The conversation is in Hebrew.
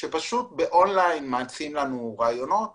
שמייעצים לנו רעיונות באון-ליין.